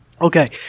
Okay